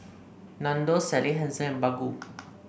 Nandos Sally Hansen and Baggu